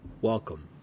welcome